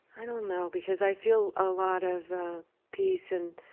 i don't know, because i feel a lot of peace and